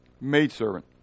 Maidservant